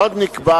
עוד נקבע